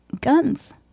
guns